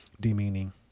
demeaning